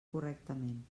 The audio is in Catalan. correctament